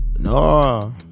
No